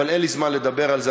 אבל אין לי זמן לדבר על זה.